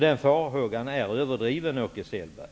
Den farhågan är därför överdriven, Åke Selberg.